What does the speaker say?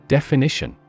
Definition